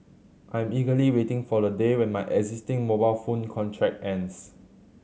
I'm eagerly waiting for the day when my existing mobile phone contract ends